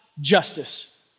justice